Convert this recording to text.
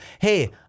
hey